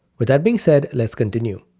with that being said, let's continue.